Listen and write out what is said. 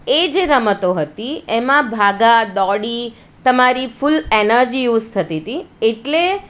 એ જે રમતો હતી એમાં ભાગા દોડી તમારી ફૂલ એનર્જી યુઝ થતી હતી એટલે